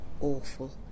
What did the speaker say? awful